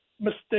mistake